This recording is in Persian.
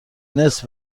نصف